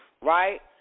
right